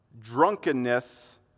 drunkenness